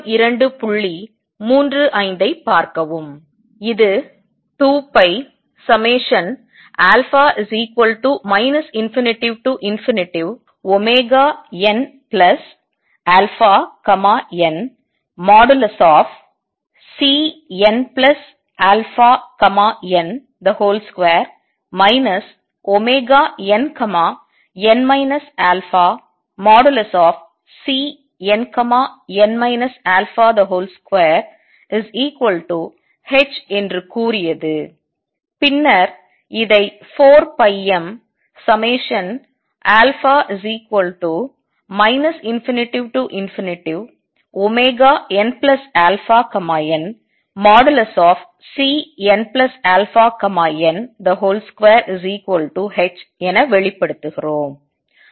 இது 2πα ∞nαn|Cnαn |2 nn α|Cnn α |2h என்று கூறியது பின்னர் இதை4πmα ∞nαn|Cnαn |2h என வெளிப்படுத்துகிறோம்